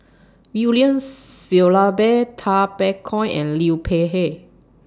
William Shellabear Tay Bak Koi and Liu Peihe